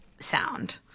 sound